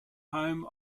home